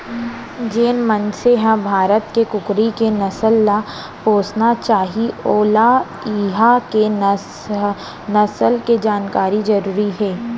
जेन मनसे ह भारत के कुकरी के नसल ल पोसना चाही वोला इहॉं के नसल के जानकारी जरूरी हे